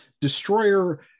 Destroyer